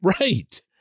Right